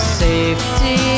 safety